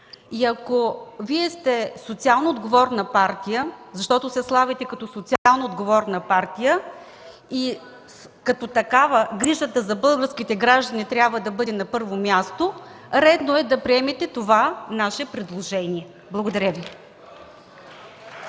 ако Вие сте социално отговорна партия, защото се славите като социално отговорна партия и като такава партия за Вас грижата за българските граждани трябва да бъде на първо място, затова е редно да приемете нашето предложение. Благодаря Ви.